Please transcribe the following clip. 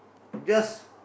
just